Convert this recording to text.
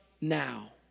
now